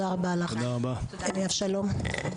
אבשלום.